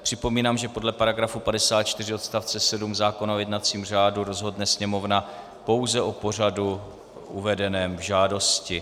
Připomínám, že podle § 54 odst. 7 zákona o jednacím řádu rozhodne Sněmovna pouze o pořadu uvedeném v žádosti.